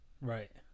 Right